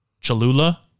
Cholula